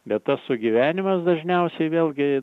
bet tas sugyvenimas dažniausiai vėlgi